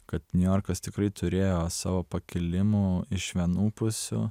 kad niujorkas tikrai turėjo savo pakilimų iš vienų pusių